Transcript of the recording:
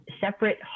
separate